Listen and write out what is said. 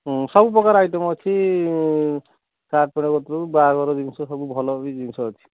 ହଁ ସବୁପ୍ରକାର ଆଇଟମ୍ ଅଛି ସାର୍ଟ୍ ପ୍ୟାଣ୍ଟ୍ କତିରୁ ବାହାଘର ଜିନିଷ ସବୁ ଭଲ ବି ଜିନିଷ ଅଛି